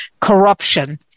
corruption